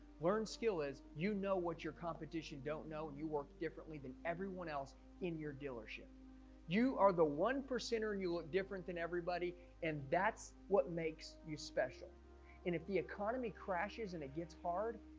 learn skill is you know what your competition don't know and you work differently than everyone else in your dealership you are the one percenter and you look different than everybody and that's what makes you special and if the economy crashes and it gets hard,